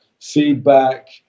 Feedback